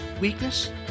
weakness